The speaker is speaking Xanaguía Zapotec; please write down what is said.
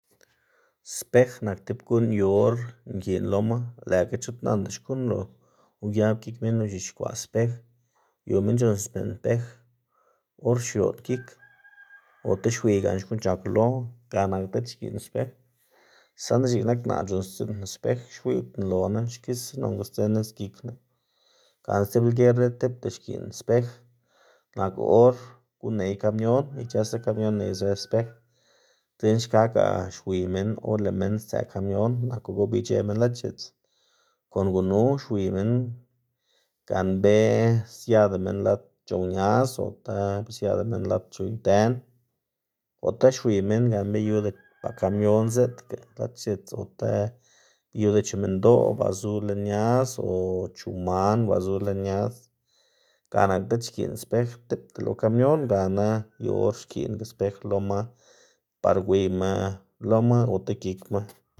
Spej nak tib guꞌn yu or nkiꞌn loma, lëꞌkga chut nanda xkuꞌn lo uyab gik minn ux̱ixkwaꞌ spej, yu minn c̲h̲uꞌnnstsiꞌn pej or xioꞌn gik ota xwiy gan xkuꞌn c̲h̲ak lo, ga nak diꞌt xkiꞌn spej. Saꞌnda x̱iꞌk nak naꞌ c̲h̲unntsiꞌndná spej, xwiydná loná xkisa nonga sdzë nis gikná. Gana stib lger diꞌt tipta nkiꞌn spej nak or guꞌn ney kamion, ic̲h̲ësa kamion neyzë spej dzekna xka ga xwiy minn or lëꞌ minn stsëꞌ kamion, nako gobic̲h̲ë minn lad x̱its, kon gunu xwiy minn ganbe siada minn lad c̲h̲ow ñaz ota be siada minn las chu dën ota xwiy minn gan be yuda ba kamion ziꞌdga lad x̱its ota gan be yuda chu minndoꞌ ba zu lën ñaz o chu man ba zu lën ñaz, ga nak diꞌt xkiꞌn spej tipta lo kamion gana yu or xkiꞌn spej loma par gwiyma oma ota gikma.